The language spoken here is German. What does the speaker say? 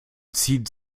zieht